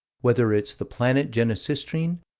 whether it's the planet genesistrine,